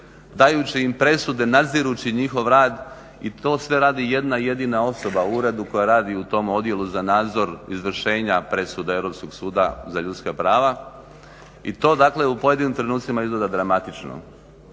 dajući im presude, nadzirući njihov rad i to sve radi jedna jedina osoba u uredu koja radi u tom odjelu za nadzor izvršenja presuda Europskog suda za ljudska prava i to dakle u pojedinim trenucima izgleda dramatično.